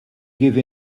give